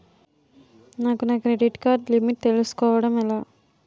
నాకు నా credit card limit తెలుసుకోవడం ఎలా?